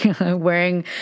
wearing